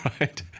right